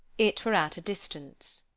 it were at a distance.